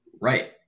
Right